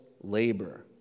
labor